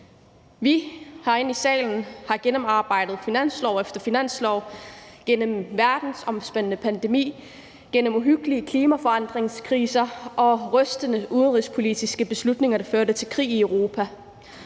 har gennemarbejdet finanslov efter finanslov gennem en verdensomspændende pandemi, uhyggelige klimaforandringskriser og rystende udenrigspolitiske beslutninger, der førte til krig i Europa,